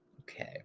okay